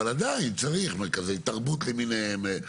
אבל עדיין צריך מרכזי תרבות למיניהם,